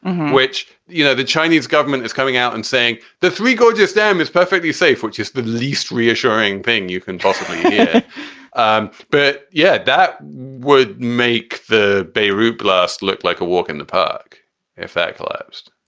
which, you know, the chinese government is coming out and saying the three gorges dam is perfectly safe, which is the least reassuring thing you can possibly do um but, yeah, that would make the beirut blast look like a walk in the park if that collapsed.